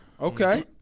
Okay